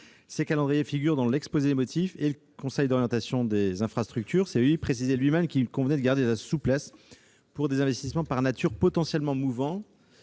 Ces calendriers figurent dans l'exposé des motifs. Le Conseil d'orientation des infrastructures, le COI, précisait lui-même qu'il convenait de garder de la souplesse pour des investissements par nature potentiellement mouvants